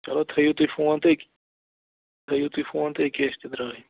چلو تھٲیِو تُہۍ فون تہٕ أکۍ تھٲیِو تُہۍ فون تہٕ أکیٛاہ أسۍ تہِ درٛاے